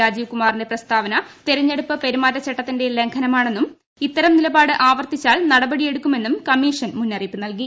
രാജീവിന്റെ പ്രസ്താവന തെരഞ്ഞെടുപ്പ് പെരുമാറ്റച്ചട്ടത്തിന്റെ ലംഘനമാണെന്നും ഇത്തരം നിലപാട് ആവർത്തിച്ചാൽ നടപടിയെടുക്കുമെന്നും കമ്മീഷൻ മുന്നറിയിപ്പ് നൽകി